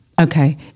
Okay